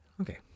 Okay